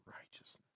righteousness